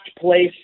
place